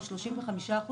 או 35%,